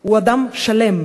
הוא אדם שלם,